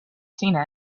seen